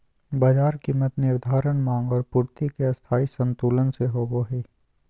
बाजार कीमत निर्धारण माँग और पूर्ति के स्थायी संतुलन से होबो हइ